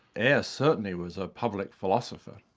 ayer certainly was a public philosopher.